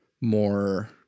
more